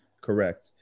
correct